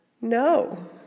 No